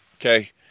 okay